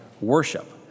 worship